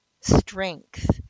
strength